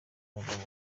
abagabo